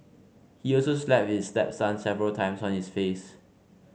he also slapped his stepson several times on his face